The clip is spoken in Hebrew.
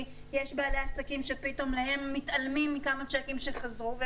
יש בעלי עסקים שפתאום מתעלמים מכמה שיקים שחזרו להם,